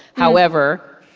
however,